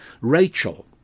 Rachel